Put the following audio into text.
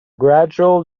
gradual